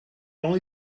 only